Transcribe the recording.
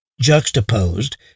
juxtaposed